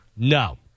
No